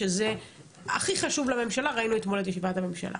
שזה הכי חשוב לממשלה וראינו אתמול את ישיבת הממשלה.